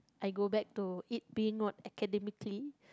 I go back to it being more academically